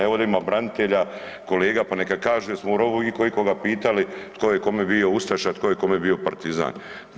Evo ovde ima branitelja, kolega pa neka kažu jesmo u rovu iko ikoga pitali tko je kome bio ustaša, tko je kome bio partizan.